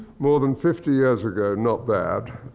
more than fifty years ago. not bad.